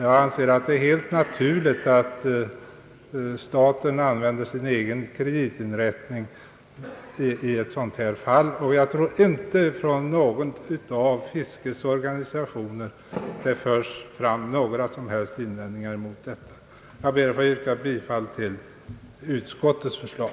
Jag anser det helt naturligt att staten använder sin egen kreditinrättning i ett sådant här fall. Och jag tror inte att några invändningar reses mot detta från någon av fiskets organisationer. Jag ber att få yrka bifall till utskottets förslag.